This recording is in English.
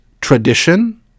tradition